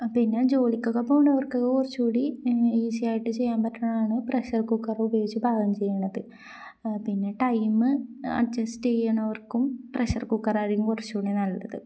പിന്നെ ജോലിക്കൊക്കെ പോകുന്നവർക്ക് കുറച്ചുകൂടി ഈസിയായിട്ട് ചെയ്യാൻ പറ്റുന്നതാണ് പ്രഷർ കുക്കർ ഉപയോഗിച്ചു പാകം ചെയ്യുന്നത് പിന്നെ ടൈമ് അഡ്ജസ്റ്റ് ചെയ്യുന്നവർക്കും പ്രഷർ കുക്കർ ആയിരിക്കും കുറച്ചുകൂടി നല്ലത്